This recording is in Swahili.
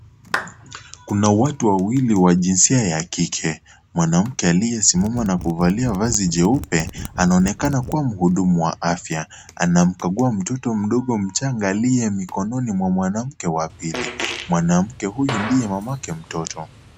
Kuna watu wawili wa jinsia ya kike. Mwanamke aliyesimama na kuvalia vazi jeupe anaonekana kuwa mhudumu wa afya. Anamkagua mtoto mdogo mchanga aliye mikononi mwa mwanamke wa pili. Mwanamke huyu ndiye mamake mtoto.